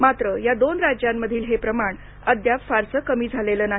मात्र या दोन राज्यांमधील हे प्रमाण अद्याप फारसे कमी झालेले नाही